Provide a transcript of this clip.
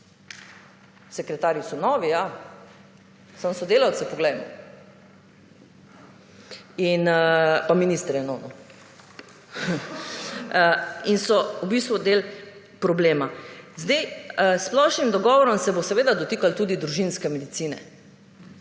Sekretarji so novi ja, samo sodelavce poglejmo pa minister je nov in so v bistvu del problema. Sedaj s splošnim dogovorom se bo seveda dotikalo tudi družinske medicine.